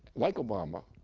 like obama,